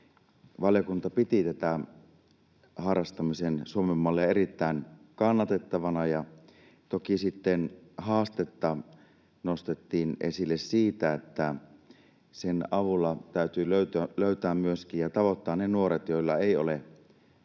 Valiokunta piti tätä harrastamisen Suomen mallia erittäin kannatettavana, ja toki sitten haastetta nostettiin esille siitä, että sen avulla täytyy löytää ja tavoittaa myöskin ne nuoret, joilla ei ole